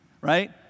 right